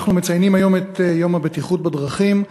אנחנו מציינים היום את יום הבטיחות בדרכים,